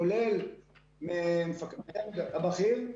כולל המפקד הבכיר,